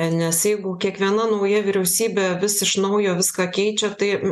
nes jeigu kiekviena nauja vyriausybė vis iš naujo viską keičia tai